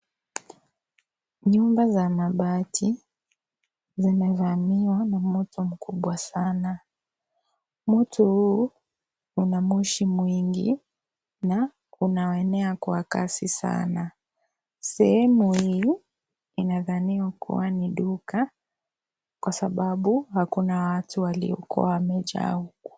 Nyumba za mabati zimevamiwa na moto mkubwa sana. Moto huu una moshi mwingi na unaoenea kwa kasi sana . Sehemu hii inadhaniwa kuwa ni duka kwa sababu hakuna watu waliokua wamejaa huku.